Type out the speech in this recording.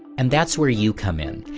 and that's where you come in.